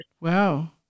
Wow